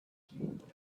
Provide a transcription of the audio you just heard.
good